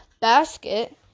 basket